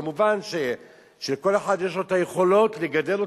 מובן שכל אחד יש לו היכולת לגדל אותם.